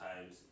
times